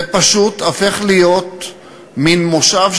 זה פשוט הופך להיות מין מושב,